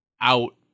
out